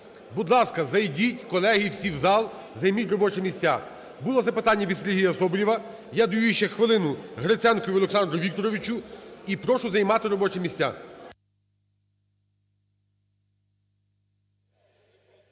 Будь ласка, зайдіть, колеги, всі в зал, займіть робочі місця. Було запитання від Сергія Соболєва. Я дає ще хвилину Гриценку Олександру Вікторовичу. І прошу займати робочі місця.